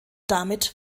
damit